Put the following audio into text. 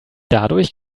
dadurch